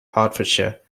hertfordshire